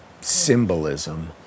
symbolism